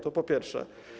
To po pierwsze.